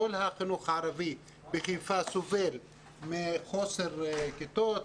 כל החינוך הערבי בחיפה סובל ממחסור בכיתות,